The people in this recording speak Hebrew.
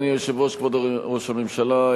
כבוד ראש הממשלה,